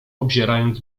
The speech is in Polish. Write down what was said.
obzierając